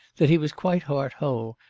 that he was quite heart-whole,